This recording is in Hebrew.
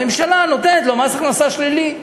הממשלה נותנת לו מס הכנסה שלילי.